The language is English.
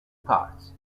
parts